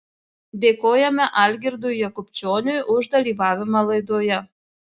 dėkojame algirdui jakubčioniui už dalyvavimą laidoje